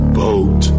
boat